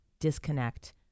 disconnect